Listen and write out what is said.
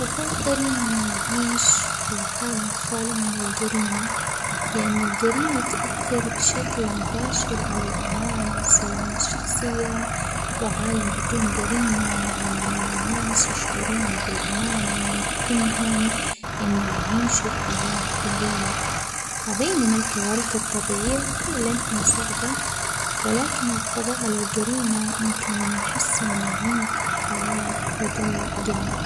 بفضل إني أعيش فى عالم خالي من الجريمة لأنه الجريمة تؤثر بشكل مباشر على الأمان ، والسلامة الشخصية ،وعالم بدون جريمة يعنى إنه الناس يشعرون بالأمان، ويمكنهم إنه يعيشوا حياة بحرية ،وبينما الكوارث الطبيعية فعلا هى صعبة ،ولكن القضاء على الجريمة يمكن أن يحسن نوعية الحياة لدى الجميع.